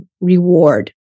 reward